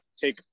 take